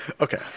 Okay